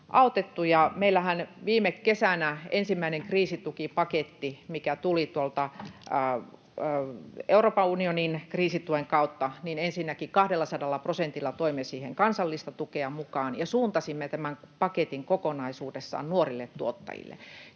Meillähän viime kesänä oli ensimmäinen kriisitukipaketti, mikä tuli tuolta Euroopan unionin kriisituen kautta, ja ensinnäkin 200 prosentilla toimme siihen kansallista tukea mukaan ja suuntasimme tämän paketin kokonaisuudessaan nuorille tuottajille.